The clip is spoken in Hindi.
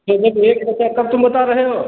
तो जब एक बचा तब तुम बता रहे हो